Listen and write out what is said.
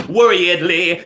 worriedly